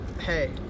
hey